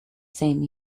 same